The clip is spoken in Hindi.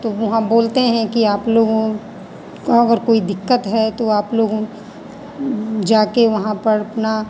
तो वहाँ बोलते हैं कि आप लोगों को अगर कोई दिक्कत है तो आप लोगों जाके वहाँ पर अपना